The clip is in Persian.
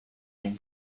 اون